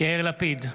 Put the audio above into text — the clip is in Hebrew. יאיר לפיד,